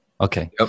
Okay